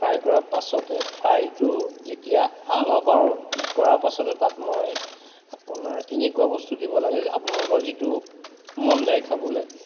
fry কৰাৰ পাছতে ফ্ৰাইটো যেতিয়া অলপ আৰু কৰা পাছতে তাত মই আপোনাৰ এনেকুৱা বস্তু দিব লাগে যে আপোনালোকৰ যিটো মন যায় খাবলৈ